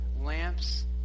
lamps